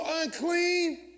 unclean